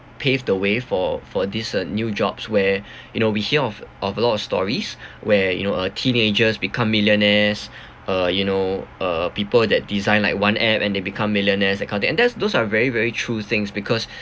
paved the way for for this uh new jobs where you know we hear of of a lot of stories where you know uh teenagers become millionaires uh you know uh people that design like one app and they become millionaires and those are very very true things because